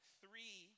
three